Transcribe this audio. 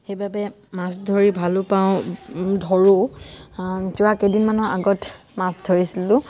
সেইবাবে মাছ ধৰি ভালো পাওঁ ধৰোঁও যোৱা কেইদিনমানৰ আগত মাছ ধৰিছিলোঁ